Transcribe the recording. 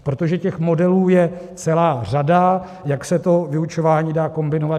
Protože těch modelů je celá řada, jak se to vyučování dá kombinovat.